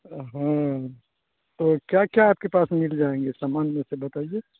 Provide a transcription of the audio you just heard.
ہاں تو کیا کیا آپ کے پاس مل جائیں گے سامان میں سے بتائیے